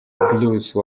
bruce